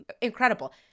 Incredible